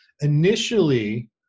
initially